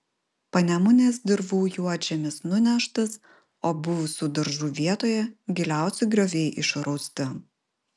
panemunės dirvų juodžemis nuneštas o buvusių daržų vietoje giliausi grioviai išrausti